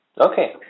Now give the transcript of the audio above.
Okay